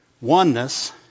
oneness